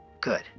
Good